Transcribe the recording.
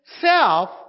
self